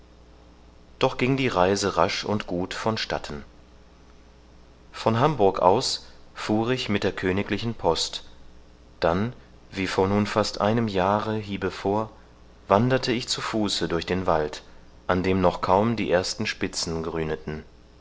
doch ging die reise rasch und gut von statten von hamburg aus fuhr ich mit der königlichen post dann wie vor nun fast einem jahre hiebevor wanderte ich zu fuße durch den wald an dem noch kaum die ersten